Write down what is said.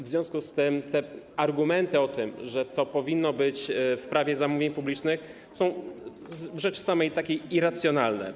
W związku z tym argumenty o tym, że to powinno być w Prawie zamówień publicznych, są w rzeczy samej irracjonalne.